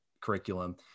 curriculum